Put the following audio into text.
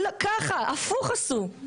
עשו הפוך.